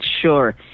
sure